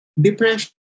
Depression